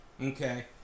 Okay